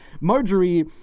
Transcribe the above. Marjorie